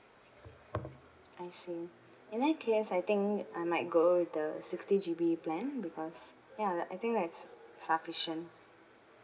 I see in that case I think I might go the sixty G_B plan because ya I think that's sufficient